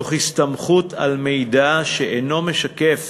תוך הסתמכות על מידע שאינו משקף